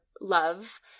love